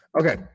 okay